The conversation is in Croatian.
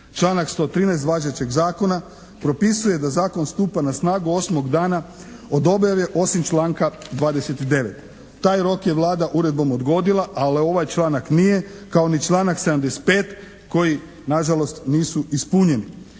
Članak 113. važećeg Zakona propisuje da Zakon stupa na snagu 8. dana od objave, osim članka 29. Taj rok je Vlada uredbom odgodila, ali ovaj članak nije kao ni članak 75. koji nažalost nisu ispunjeni.